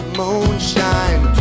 moonshine